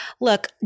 Look